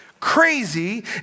Crazy